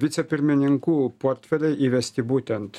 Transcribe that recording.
vicepirmininkų portfeliai įvesti būtent